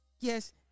Yes